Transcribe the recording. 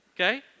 Okay